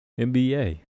NBA